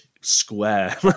square